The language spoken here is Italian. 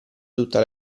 tutta